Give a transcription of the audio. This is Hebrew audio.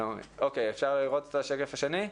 אפשר לראות את השקף השני?